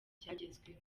byagezweho